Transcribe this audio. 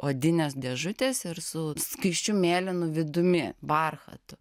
odinės dėžutės ir su skaisčiu mėlynu vidumi barchatu